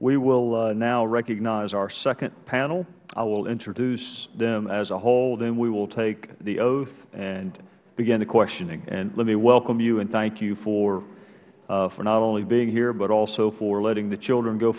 we will now recognize our second panel i will introduce them as a whole then we will take the oath and begin the questioning let me welcome you and thank you for not only being here but also for letting the children go